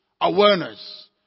awareness